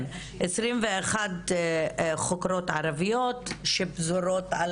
כן, 21 חוקרות ערביות שפזורות.